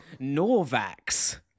Norvax